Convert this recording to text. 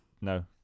No